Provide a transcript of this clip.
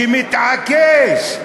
שמתעקש,